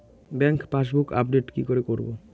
Bank passbook update কি করে করবো?